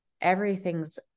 everything's